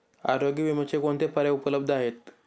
आरोग्य विम्याचे कोणते पर्याय उपलब्ध आहेत?